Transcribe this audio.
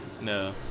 No